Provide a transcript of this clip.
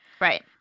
Right